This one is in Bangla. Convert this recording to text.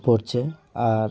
পরছে আর